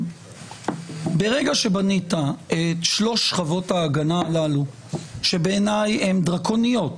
ברגע שבנית את שלוש שכבות ההגנה הללו שבעיני הן דרקוניות,